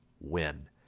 win